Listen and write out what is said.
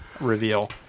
reveal